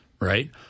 Right